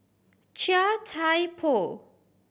Chia Thye Poh